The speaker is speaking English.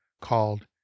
called